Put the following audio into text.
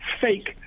fake